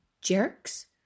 jerks